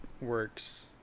works